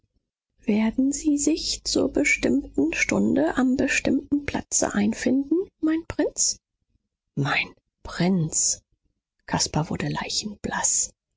werden sie sich zur bestimmten stunde am bestimmten platze einfinden mein prinz mein prinz caspar wurde leichenblaß